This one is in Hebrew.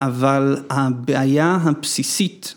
‫אבל הבעיה הבסיסית...